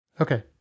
okay